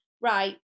right